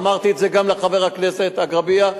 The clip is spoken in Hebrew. ואמרתי את זה גם לחבר הכנסת אגבאריה,